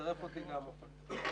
צרף אותי גם, עפר.